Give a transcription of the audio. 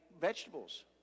vegetables